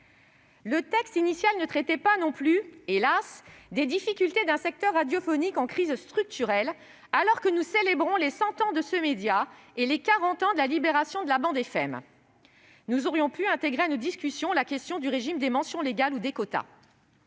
Le texte initial ne traitait pas non plus, hélas ! des difficultés d'un secteur radiophonique en crise structurelle, alors que nous célébrons les cent ans de ce média et les quarante ans de la libération de la bande FM. Nous aurions pu intégrer à nos discussions la question du régime des mentions légales ou des quotas.